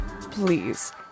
Please